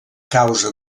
causa